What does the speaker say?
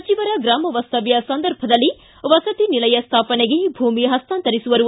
ಸಚಿವರ ಗ್ರಾಮ ವಾಸ್ತವ್ಯ ಸಂದರ್ಭದಲ್ಲಿ ವಸತಿ ನಿಲಯ ಸ್ಯಾಪನೆಗೆ ಭೂಮಿ ಪಸ್ತಾಂತರಿಸುವರು